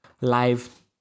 live